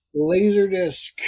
LaserDisc